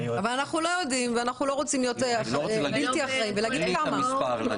אבל אנחנו לא יודעים ואנחנו לא רוצים להיות בלתי אחראים ולנקוב במספר.